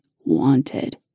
wanted